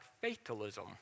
fatalism